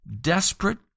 Desperate